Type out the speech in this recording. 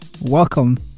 welcome